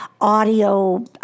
audio